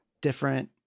different